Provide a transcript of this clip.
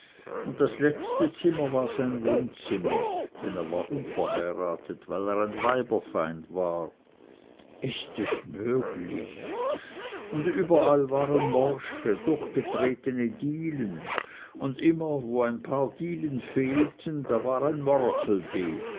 und das letzte zimmer war sein wohnzimmer denn er war unverheiratet weil er ein weiberfeind war ist es möglich und überall waren morsche durchgetretene dielen und immer wo ein paar dielen fehlten da war ein